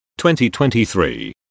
2023